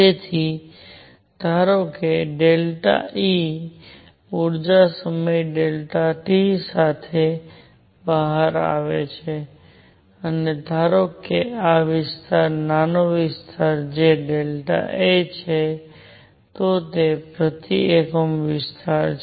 તેથી ધારો કે ΔE ઊર્જા સમય Δt સાથે બહાર આવે છે અને ધારો કે આ વિસ્તાર નાનો વિસ્તાર જે A છે તો તે પ્રતિ એકમ વિસ્તાર છે